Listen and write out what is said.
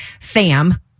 fam